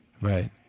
Right